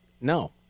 No